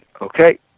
Okay